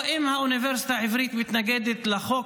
או אם האוניברסיטה העברית מתנגדת לחוק